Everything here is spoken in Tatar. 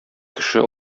кеше